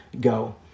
go